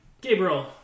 Gabriel